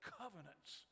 covenants